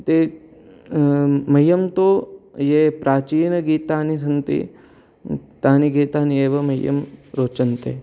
ते मह्यन्तु ये प्राचीनगीतानि सन्ति तानि गीतानि एवं मह्यं रोचन्ते